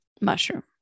mushroom